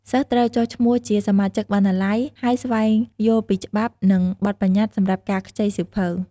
សិស្សត្រូវចុះឈ្មោះជាសមាជិកបណ្ណាល័យ ហើយស្វែងយល់ពីច្បាប់ និងបទប្បញ្ញត្តិសម្រាប់ការខ្ចីសៀវភៅ។